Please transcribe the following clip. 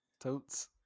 Totes